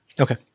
Okay